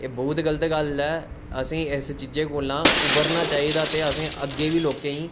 एह् बौह्त गल्त गल्ल ऐ असें इस गल्लै कोला दा उब्भरना चाही दा ते अग्गें बी लोकें गी